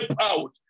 out